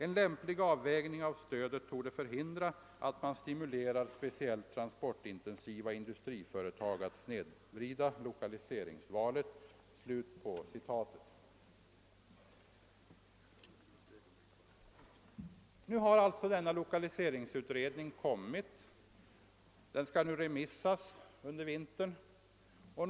En lämplig avvägning av stödet torde förhindra att man stimulerar speciellt transportintensiva industriföretag att snedvrida lokaliseringsvalet.> Lokaliseringsutredningens betänkande skall nu under vintern remissbehandlas.